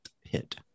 hit